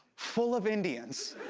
full of indians.